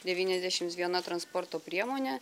devyniasdešimts viena transporto priemonė